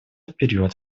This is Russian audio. вперед